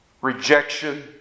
Rejection